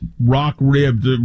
Rock-ribbed